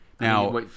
Now